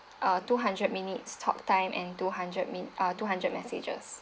uh two hundred minutes talk time and two hundred min~ uh two hundred messages